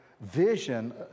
vision